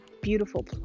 beautiful